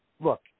Look